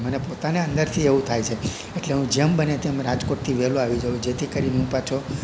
અને મને પોતાને અંદરથી એવું થાય છે એટલે હું જેમ બને તેમ રાજકોટથી વેહલો આવી જવ છું જેથી કરીન હું પાછો